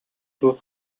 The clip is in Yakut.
дуу